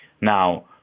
Now